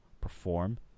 perform